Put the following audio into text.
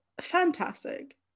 fantastic